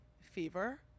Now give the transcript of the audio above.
fever